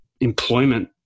employment